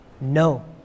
No